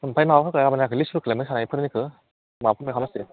ओमफ्राय माबाफोरखौ मोनदों ना मोनाखै लिस्टफोरखौलाय होखानायफोरनिखौ